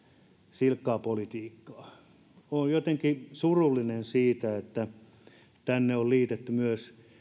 silkkaa politiikkaa olen jotenkin surullinen siitä että tähän on liitetty myös